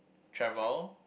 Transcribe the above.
travel